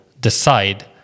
decide